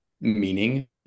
meaning